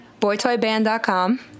BoyToyBand.com